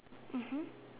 mmhmm